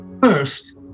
First